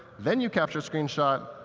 then you capture screenshot,